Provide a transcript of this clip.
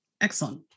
Excellent